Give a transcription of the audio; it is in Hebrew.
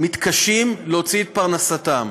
מתקשים להוציא את פרנסתם.